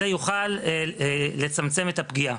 זה יוכל לצמצם את הפגיעה,